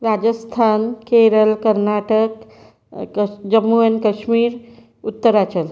राजस्थान केरळ कर्नाटक कश जम्मू अँड कश्मीर उत्तरांचल